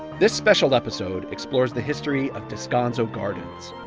this special episode explores the history of descanso gardens,